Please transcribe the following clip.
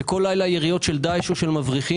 ובכל לילה יש יריות של דאע"ש או של מבריחים,